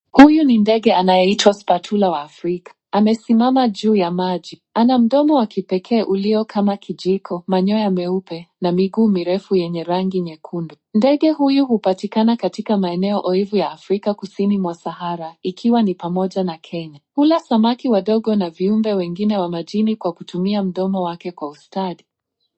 Huyu ni ndege anayeitwa spatula wa Afrika, amesimama juu ya maji, ana mdomo wa kipekee ulio kama kijiko, manyoya meupe, na miguu mirefu yenye rangi nyekundu, ndege huyu hupatikana katika maeneo oevu ya Afrika Kusini mwa Sahara ikiwa ni pamoja na Kenya, hula samaki wadogo na viumbe wengine wa majini kwa kutumia mdomo wake kwa ustadi.